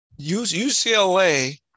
UCLA